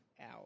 out